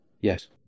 Yes